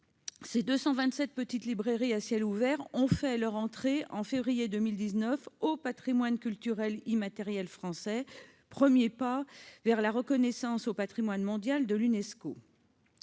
ces 227 petites librairies à ciel ouvert ont fait leur entrée en février 2019 au patrimoine culturel immatériel français : c'est un premier pas vers le classement au patrimoine mondial de l'Unesco.